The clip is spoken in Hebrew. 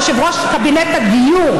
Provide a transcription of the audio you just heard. יושב-ראש קבינט הדיור?